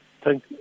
thank